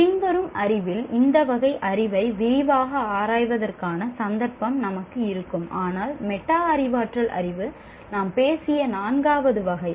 பின்வரும் அறிவில் இந்த வகை அறிவை விரிவாக ஆராய்வதற்கான சந்தர்ப்பம் நமக்கு இருக்கும் ஆனால் மெட்டா அறிவாற்றல் அறிவு நாம் பேசிய நான்காவது வகை